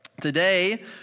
Today